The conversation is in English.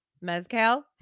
Mezcal